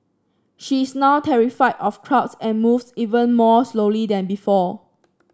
she is now terrified of crowds and moves even more slowly than before